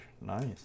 Nice